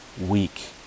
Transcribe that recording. week